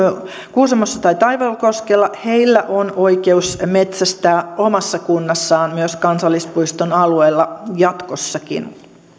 kuusamossa tai taivalkoskella on oikeus metsästää omassa kunnassaan myös kansallispuiston alueella jatkossakin